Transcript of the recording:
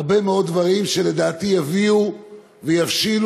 הרבה מאוד דברים שלדעתי יביאו ויבשילו